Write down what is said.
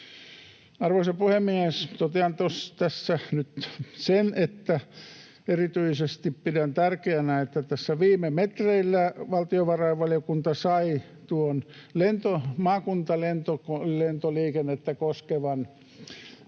Arvoisa puhemies! Totean tässä nyt sen, että erityisesti pidän tärkeänä, että tässä viime metreillä valtiovarainvaliokunta sai tuon maakuntalentoliikennettä koskevan